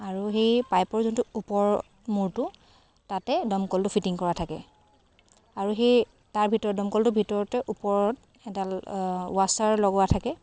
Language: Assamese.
আৰু সেই পাইপৰ যোনটো ওপৰৰ মূৰটো তাতে দমকলটো ফিটিং কৰা থাকে আৰু সেই তাৰ ভিতৰত দমকলটোৰ ভিতৰতে ওপৰত এডাল ৱাশ্বাৰ লগোৱা থাকে